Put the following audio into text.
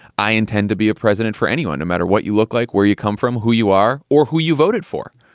i intend to be a president for anyone, no matter what you look like, where you come from, who you are or who you voted for.